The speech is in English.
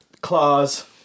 Claws